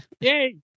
Yay